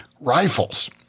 Rifles